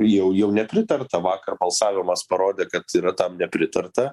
jau jau nepritarta vakar balsavimas parodė kad yra tam nepritarta